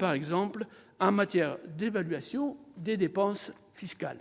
par exemple en matière d'évaluation des dépenses fiscales.